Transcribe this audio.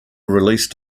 release